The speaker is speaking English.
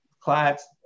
clients